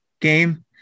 game